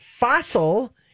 Fossil